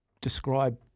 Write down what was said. describe